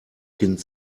kind